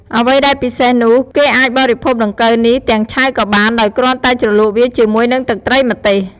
អ្វីដែលពិសេសនោះ គេអាចបរិភោគដង្កូវនេះទាំងឆៅក៏បាន ដោយគ្រាន់តែជ្រលក់វាជាមួយនឹងទឹកត្រីម្ទេស។